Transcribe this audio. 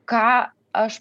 ką aš